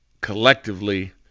collectively